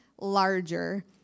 Larger